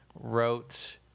wrote